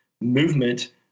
movement